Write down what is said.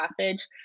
passage